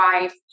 wife